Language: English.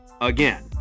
again